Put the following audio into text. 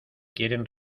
quieren